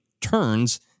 turns